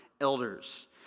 elders